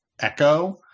echo